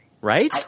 right